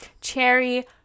Cherry